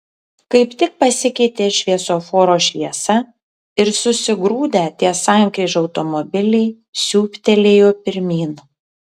kaip tik pasikeitė šviesoforo šviesa ir susigrūdę ties sankryža automobiliai siūbtelėjo pirmyn